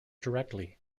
directly